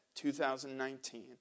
2019